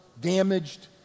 damaged